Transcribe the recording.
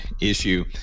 issue